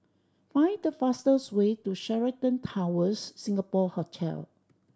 find the fastest way to Sheraton Towers Singapore Hotel